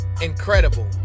incredible